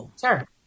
Sure